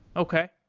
okay.